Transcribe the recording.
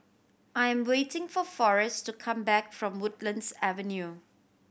I'm waiting for Forest to come back from Woodlands Avenue